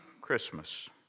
Christmas